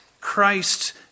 Christ